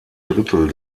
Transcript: drittel